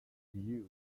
use